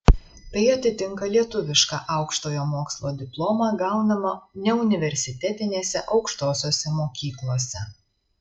tai atitinka lietuvišką aukštojo mokslo diplomą gaunamą neuniversitetinėse aukštosiose mokyklose